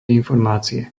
informácie